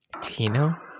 Tino